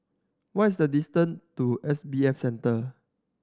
what's the distance to S B F Center